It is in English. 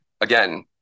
Again